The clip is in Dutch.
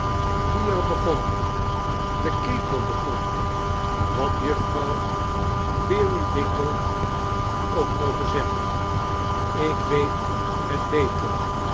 wie er begon de ketel begon wat juffrouw peerybingle ook moge zeggen ik wee het beter